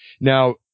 Now